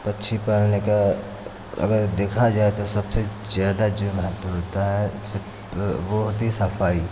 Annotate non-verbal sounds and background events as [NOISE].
पक्षी पालने का अगर देखा जाए तो सबसे ज़्यादा जो महत्व होता है [UNINTELLIGIBLE] वो होती है सफाई